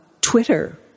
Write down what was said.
Twitter